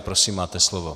Prosím, máte slovo.